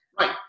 Right